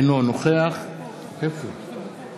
בעד אחמד טיבי, בעד